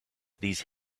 these